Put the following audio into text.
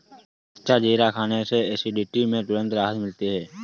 कच्चा जीरा खाने से एसिडिटी में तुरंत राहत मिलती है